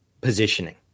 positioning